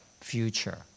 future